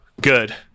good